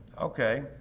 okay